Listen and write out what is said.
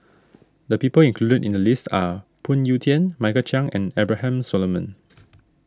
the people included in the list are Phoon Yew Tien Michael Chiang and Abraham Solomon